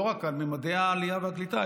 לא רק על ממדי העלייה והקליטה,